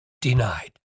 denied